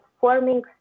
forming